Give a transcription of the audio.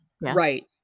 right